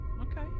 Okay